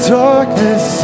darkness